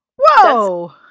whoa